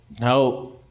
No